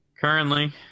Currently